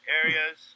areas